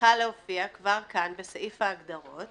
צריכה להופיע כבר כאן בסעיף ההגדרות